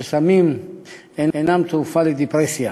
שסמים אינם תגובה לדיפרסיה.